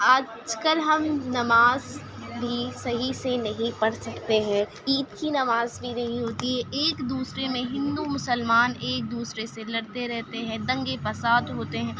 آج کل ہم نماز بھی صحیح سے نہیں پڑھ سکتے ہیں عید کی نماز بھی نہیں ہوتی ہے ایک دوسرے میں ہندو مسلمان ایک دوسرے سے لڑتے رہتے ہیں دنگے فساد ہوتے ہیں